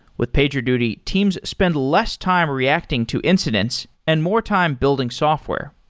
with pagerduty, teams spend less time reacting to incidents and more time building software.